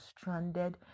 stranded